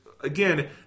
again